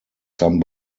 some